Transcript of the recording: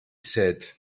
said